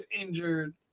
injured